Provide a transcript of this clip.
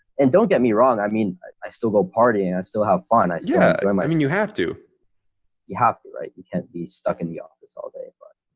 and don't get me wrong. i mean, i still go party and i still have fun. ah yeah and um i mean, you have to you have the right you can't be stuck in the office all day. but